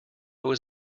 was